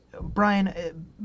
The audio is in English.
Brian